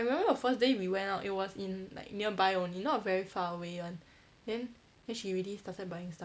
I remember the first day we went out it was in like nearby only not very far away [one] then then she already started buying stuff